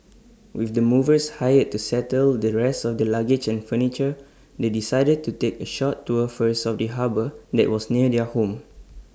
with the movers hired to settle the rest of their luggage and furniture they decided to take A short tour first of the harbour that was near their home